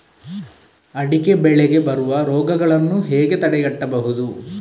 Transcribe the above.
ಅಡಿಕೆ ಬೆಳೆಗೆ ಬರುವ ರೋಗಗಳನ್ನು ಹೇಗೆ ತಡೆಗಟ್ಟಬಹುದು?